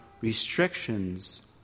restrictions